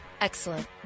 Excellent